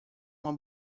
uma